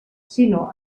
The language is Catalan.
sinó